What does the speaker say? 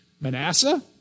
Manasseh